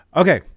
okay